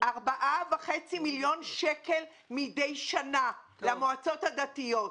אנחנו משלמים 4.5 מיליון שקל מידי שנה למועצות הדתיות.